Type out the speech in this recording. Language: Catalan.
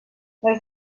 les